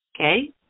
Okay